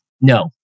No